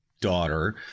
daughter